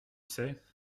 sais